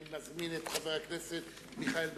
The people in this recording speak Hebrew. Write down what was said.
אני מזמין את חבר הכנסת מיכאל בן-ארי,